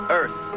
earth